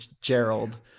Gerald